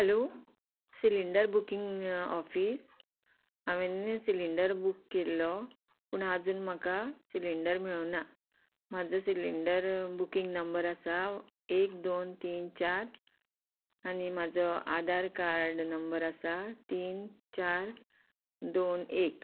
hello cylinder booking office हांवें cylinder book केल्लो पूण आजून म्हाका सिलींडर मेळूं ना म्हाजो सिलींडर बुकींग नंबर आसा एक दोन तीन चार आनी म्हाजो आदार कार्ड नंबर आसा तीन चार दोन एक